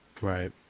Right